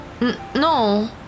No